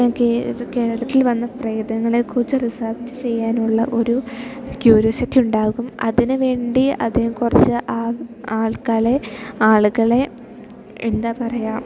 കേരളത്തിൽ വന്ന പ്രേതങ്ങളെ കുറിച്ചു റിസർച്ച് ചെയ്യാനുള്ള ഒരു ക്യൂരിയോസിറ്റി ഉണ്ടാകും അതിന് വേണ്ടി അതിനെ കുറിച്ച് ആളുകളെ ആളുകളെ എന്താണ് പറയുക